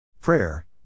Prayer